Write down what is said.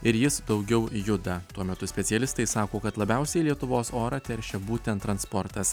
ir jis daugiau juda tuo metu specialistai sako kad labiausiai lietuvos orą teršia būtent transportas